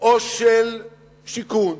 או של שיכון